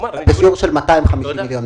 של 250 מיליון דולר.